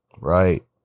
right